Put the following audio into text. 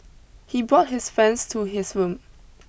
he brought his friends to his room